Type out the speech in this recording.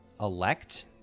elect